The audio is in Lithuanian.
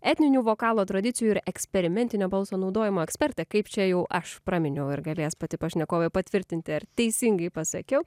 etninių vokalo tradicijų ir eksperimentinio balso naudojimo ekspertė kaip čia jau aš praminiau ir galės pati pašnekovė patvirtinti ar teisingai pasakiau